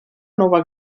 nova